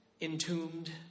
entombed